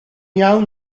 iawn